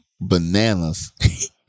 bananas